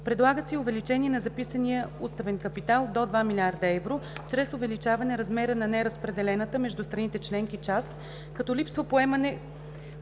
Предлага се и увеличение на записания уставен капитал до 2 млрд. евро чрез увеличаване размера на неразпределената между страните членки част, като липсва поемане